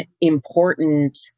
important